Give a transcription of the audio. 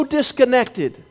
disconnected